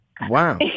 Wow